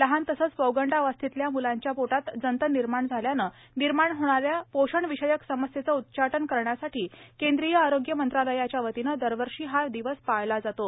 लहान तसंच पौगंडावस्थेतल्या मुलांच्या पोटात जंत निर्माण झाल्यानं निर्माण होणाऱ्या पोषण विषयक समस्येचं उच्चाटन करण्यासाठी केंद्रीय आरोग्य मंत्रालयाच्या वतीनं दरवर्षी हा दिवस पाळला जातो